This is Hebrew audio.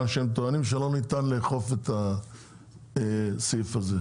שהם טוענים שלא ניתן לאכוף את הסעיף הזה.